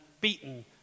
beaten